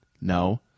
No